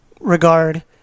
regard